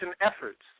efforts